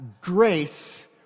grace